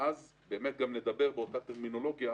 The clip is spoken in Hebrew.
ואז גם לדבר באותה טרמינולוגיה,